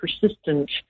persistent